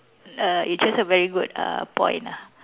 err you chose a very good uh point ah